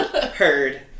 Heard